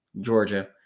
Georgia